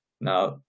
Now